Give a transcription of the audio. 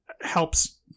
helps